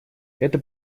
это